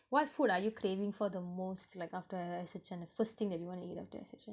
what food are you craving for the most like after S_H_N the first thing that you want to eat after S_H_N